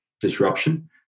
disruption